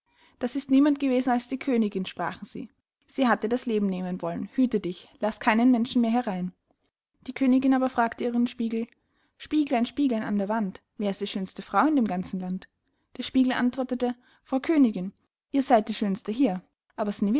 das ist niemand gewesen als die königin sprachen sie die hat dir das leben nehmen wollen hüte dich und laß keinen menschen mehr herein die königin aber fragte ihren spiegel spieglein spieglein an der wand wer ist die schönste frau in dem ganzen land der spiegel antwortete frau königin ihr seyd die schönste hier aber